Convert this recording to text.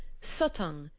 suttung,